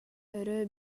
өрө